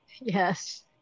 yes